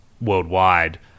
worldwide